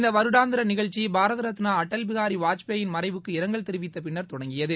இந்த வருடாந்திர நிஷழ்ச்சி பாரத ரத்னா அடல் பிகாரி வாஜ்பாயின் மறைவுக்கு இரங்கல் தெரிவித்த பின்னர் தொடங்கியது